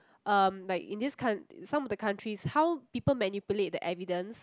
um like in this coun~ some of the countries how people manipulate the evidence